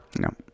No